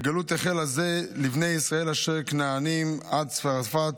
"וגלֻת החל הזה לבני ישראל אשר כנענים עד צרפת